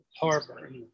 harbor